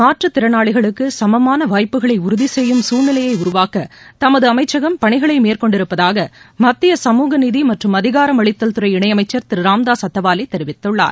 மாற்றுத் திறனாளிகளுக்கு சமமான வாய்ப்புகளை உறுதி செய்யும் சூழ்நிலையை உருவாக்க தமது அமைச்சகம் பணிகளை மேற்கொண்டிருப்பதாக மத்திய சமூக நீதி மற்றும் அதிகாரம் அளித்தல்துறை இணையமைச்சர் திரு ராம்தாஸ் அத்தவாலே தெரிவித்துள்ளார்